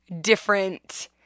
different